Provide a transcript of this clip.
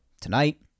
tonight